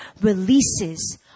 releases